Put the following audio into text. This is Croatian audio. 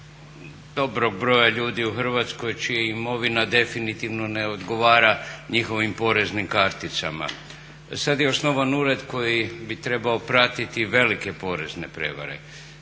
dobrog broja ljudi u Hrvatskoj čija imovina definitivno ne odgovara njihovim poreznim karticama. Sad je osnovan ured koji bi trebao pratiti velike porezne prijevare.